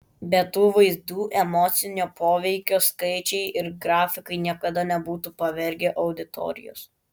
be tų vaizdų emocinio poveikio skaičiai ir grafikai niekada nebūtų pavergę auditorijos